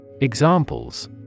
Examples